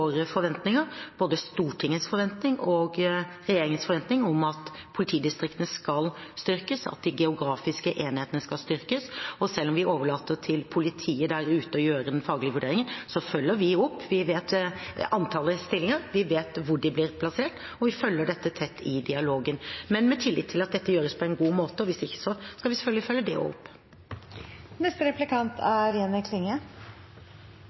forventninger, både Stortingets forventning og regjeringens forventning, om at politidistriktene skal styrkes, at de geografiske enhetene skal styrkes. Selv om vi overlater til politiet der ute å gjøre den faglige vurderingen, så følger vi opp. Vi vet antallet stillinger, vi vet hvor de blir plassert, og vi følger dette tett i dialogen, men med tillit til at dette gjøres på en god måte – og hvis ikke, skal vi selvfølgelig følge det opp.